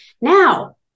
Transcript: Now